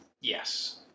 Yes